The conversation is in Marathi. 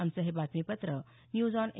आमचं हे बातमीपत्र न्यूज ऑन ए